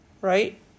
right